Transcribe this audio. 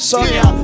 Sonia